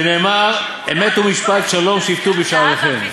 "שנאמר 'אמת ומשפט שלום שפטו בשעריכם'".